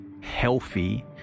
healthy